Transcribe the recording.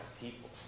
people